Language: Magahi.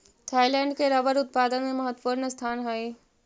थाइलैंड के रबर उत्पादन में महत्त्वपूर्ण स्थान हइ